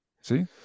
See